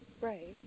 Right